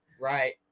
Right